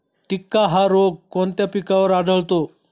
टिक्का हा रोग कोणत्या पिकावर आढळतो?